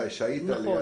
שהית ליד